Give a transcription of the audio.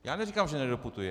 Já neříkám, že nedoputuje.